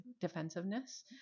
defensiveness